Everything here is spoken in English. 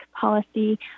policy